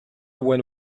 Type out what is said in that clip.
when